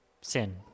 sin